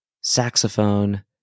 saxophone